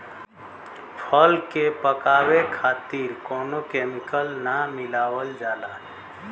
फल के पकावे खातिर कउनो केमिकल ना मिलावल जाला